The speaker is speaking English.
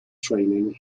training